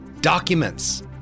documents